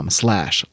slash